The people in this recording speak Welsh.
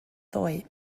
ddoe